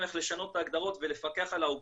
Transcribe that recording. איך לשנות את ההגדרות ולפקח על העוקבים.